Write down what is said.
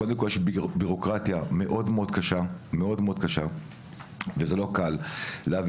קודם כל יש בירוקרטיה מאוד מאוד קשה וזה לא קל להביא